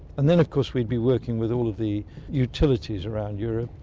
and then of course we'd be working with all of the utilities around europe,